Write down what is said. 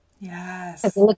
Yes